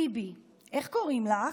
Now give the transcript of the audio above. ביבי: איך קוראים לך?